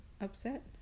upset